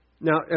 Now